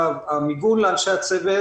המיגון לאנשי הצוות